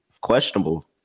Questionable